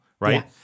Right